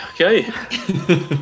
okay